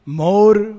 more